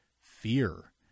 fear